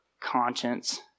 conscience